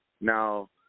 Now